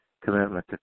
commitment